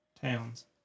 towns